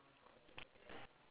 ya lah correct